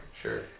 Sure